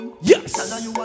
Yes